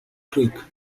creek